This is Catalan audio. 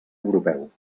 europeu